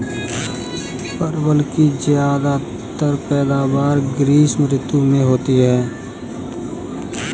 परवल की ज्यादातर पैदावार ग्रीष्म ऋतु में होती है